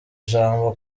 ijambo